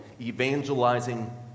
evangelizing